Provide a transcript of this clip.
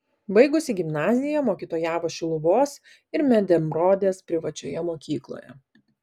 baigusi gimnaziją mokytojavo šiluvos ir medemrodės privačioje mokykloje